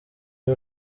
rwe